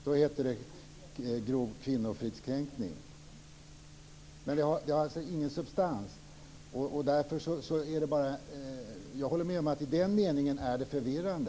Då heter det grov kvinnofridskränkning. Det har ingen substans. Jag håller med om att i den meningen är det förvirrande.